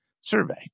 survey